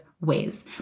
ways